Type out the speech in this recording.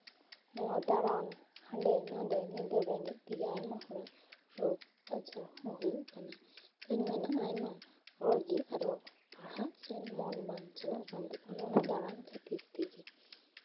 ᱱᱚᱣᱟ ᱫᱟᱬᱟᱱ ᱦᱟᱱᱰᱮ ᱱᱷᱟᱰᱮ ᱧᱤᱫᱟᱹ ᱵᱮᱸᱜᱮᱫ ᱛᱮᱜᱮ ᱟᱭᱢᱟ ᱦᱚᱲᱟᱜ ᱨᱳᱜᱽ ᱟᱡᱟᱨ ᱦᱚᱸ ᱦᱩᱭᱩᱜ ᱠᱟᱱᱟ ᱟᱫᱚᱹᱧ ᱢᱮᱱᱟ ᱟᱭᱢᱟ ᱦᱚᱲᱜᱮ ᱟᱨᱚ ᱯᱟᱲᱦᱟᱜ ᱥᱮᱜ ᱢᱚᱱ ᱵᱟᱝ ᱪᱟᱞᱟᱜ ᱠᱟᱱ ᱛᱟᱠᱚᱣᱟ ᱱᱚᱜᱼᱚᱱᱟ ᱫᱟᱬᱟᱱ ᱠᱷᱟᱹᱛᱤᱨ ᱛᱮᱜᱮ